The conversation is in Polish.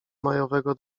majowego